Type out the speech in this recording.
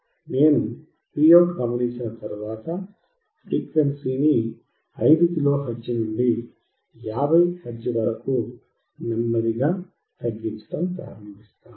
నేను Vout గమనించిన తర్వాత ఫ్రీక్వెన్సీని 5 కిలోహెర్ట్జ్ నుండి 50 హెర్ట్జ్ వరకు నెమ్మదిగా తగ్గించడం ప్రారంభిస్తాను